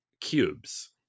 cubes